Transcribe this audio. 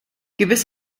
gewiss